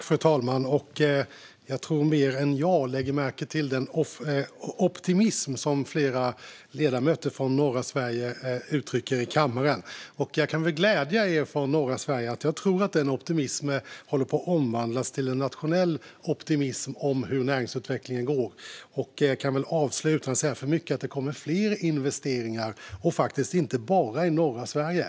Fru talman! Jag tror fler än jag lägger märke till den optimism som flera ledamöter från norra Sverige uttrycker i kammaren, och jag kan väl glädja er från norra Sverige med att jag tror att den optimismen håller på att omvandlas till en nationell optimism om hur näringsutvecklingen går. Utan att säga för mycket kan jag avslöja att det kommer fler investeringar, faktiskt inte bara i norra Sverige.